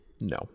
No